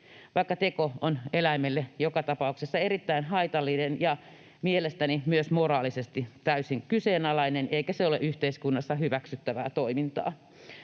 vaikka teko on eläimelle joka tapauksessa erittäin haitallinen ja mielestäni myös moraalisesti täysin kyseenalainen eikä se ole yhteiskunnassa hyväksyttävää toimintaa.